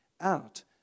out